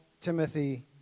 Timothy